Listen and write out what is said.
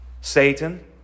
Satan